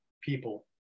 people